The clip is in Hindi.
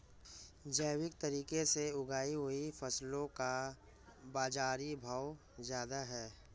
जैविक तरीके से उगाई हुई फसलों का बाज़ारी भाव ज़्यादा है